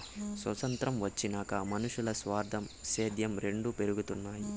సొతంత్రం వచ్చినాక మనునుల్ల స్వార్థం, సేద్యం రెండు పెరగతన్నాయి